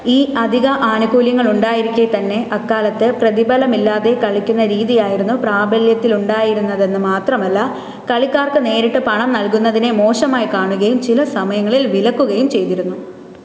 ഈ അധിക ആനുകൂല്യങ്ങൾ ഉണ്ടായിരിക്കെ തന്നെ അക്കാലത്ത് പ്രതിഫലമില്ലാതെ കളിക്കുന്ന രീതിയായിരുന്നു പ്രാബല്യത്തിൽ ഉണ്ടായിരുന്നതെന്ന് മാത്രമല്ല കളിക്കാർക്ക് നേരിട്ട് പണം നൽകുന്നതിനെ മോശമായി കാണുകയും ചില സമയങ്ങളിൽ വിലക്കുകയും ചെയ്തിരുന്നു